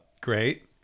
Great